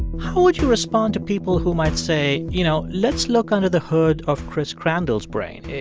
how would you respond to people who might say, you know, let's look under the hood of chris crandall's brain?